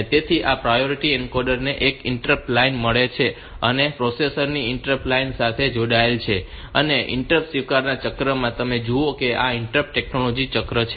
તેથી આ priority encoder ને એક ઇન્ટરપ્ટ લાઇન મળી છે અને તે પ્રોસેસર ની ઇન્ટરપ્ટ લાઇન સાથે જોડાયેલ છે અને ઇન્ટરપ્ટ સ્વીકાર ચક્રમાં તમે જુઓ કે આ ઇન્ટરપ્ટ ટેકનોલોજી ચક્ર છે